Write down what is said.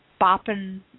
bopping